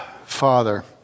Father